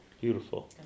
Beautiful